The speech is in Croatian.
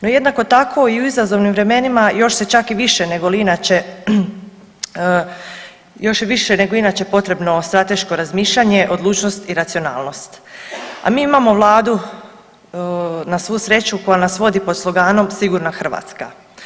No jednako tako i u izazovnim vremenima još se čak i više negoli inače još je više nego inače potrebno strateško razmišljanje, odlučnost i racionalnost, a mi imamo vladu na svu sreću koja nas vodi pod sloganom „Sigurna Hrvatska“